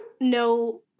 no